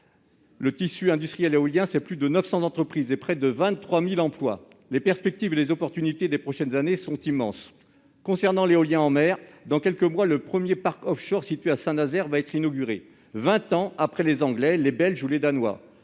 le tissu industriel éolien regroupe plus de 900 entreprises et près de 23 000 emplois. Les perspectives et les opportunités des prochaines années sont immenses. Concernant l'éolien en mer, le premier parc offshore situé à Saint-Nazaire va être inauguré dans quelques mois, vingt ans après ceux des Anglais, des Belges ou des Danois